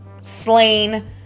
slain